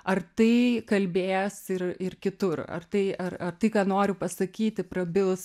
ar tai kalbės ir ir kitur ar tai ar ar tai ką noriu pasakyti prabils